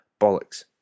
bollocks